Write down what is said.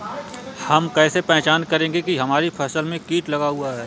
हम कैसे पहचान करेंगे की हमारी फसल में कीट लगा हुआ है?